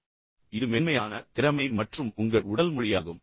எனவே இது மென்மையான திறமை மற்றும் உங்கள் உடல் மொழி ஆகும்